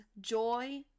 joy